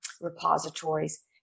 repositories